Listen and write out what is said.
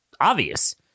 obvious